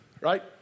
right